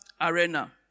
arena